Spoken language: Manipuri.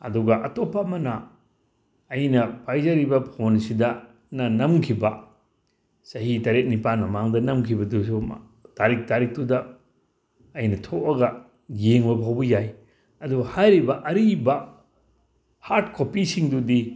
ꯑꯗꯨꯒ ꯑꯇꯣꯞꯄ ꯑꯃꯅ ꯑꯩꯅ ꯄꯥꯏꯖꯔꯤꯕ ꯐꯣꯟꯁꯤꯗ ꯅꯝꯈꯤꯕ ꯆꯍꯤ ꯇꯔꯦꯠ ꯅꯤꯄꯥꯜ ꯃꯃꯥꯡꯗ ꯅꯝꯈꯤꯕꯗꯨꯁꯨ ꯇꯥꯔꯤꯛ ꯇꯥꯔꯤꯛꯇꯨꯗ ꯑꯩꯅ ꯊꯣꯛꯑꯒ ꯌꯦꯡꯕ ꯐꯥꯎꯕ ꯌꯥꯏ ꯑꯗꯣ ꯍꯥꯏꯔꯤꯕ ꯑꯔꯤꯕ ꯍꯥꯔꯠ ꯀꯣꯄꯤꯁꯤꯡꯗꯨꯗꯤ